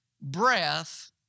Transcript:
breath